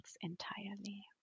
entirely